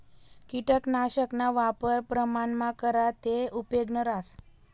किटकनाशकना वापर प्रमाणमा करा ते उपेगनं रहास